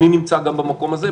אני נמצא גם במקום הזה,